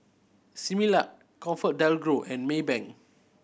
Similac ComfortDelGro and Maybank